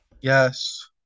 Yes